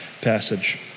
passage